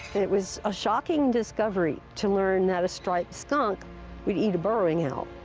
it was a shocking discovery to learn that a striped skunk would eat a burrowing owl,